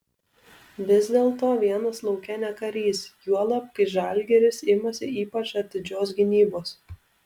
vis dėlto vienas lauke ne karys juolab kai žalgiris imasi ypač atidžios gynybos